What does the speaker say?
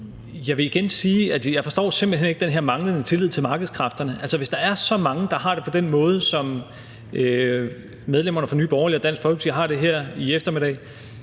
jeg simpelt hen ikke forstår den her manglende tillid til markedskræfterne. Altså, hvis der er så mange, der har det på den måde, som medlemmerne af Dansk Folkeparti og Nye Borgerlige har det her i eftermiddag,